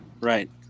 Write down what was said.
Right